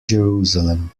jerusalem